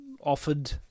offered